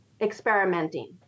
experimenting